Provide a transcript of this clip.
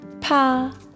Pa